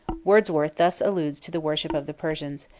wordsworth thus alludes to the worship of the persians.